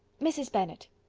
mrs. bennet,